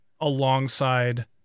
alongside